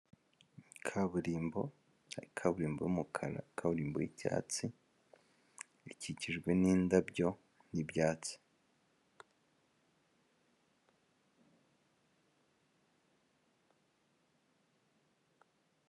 Kaburimbo, hari kaburimbo y'umukara, karimbo y'icyatsi, ikikijwe n'indabyo n'ibyatsi.